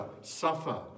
suffer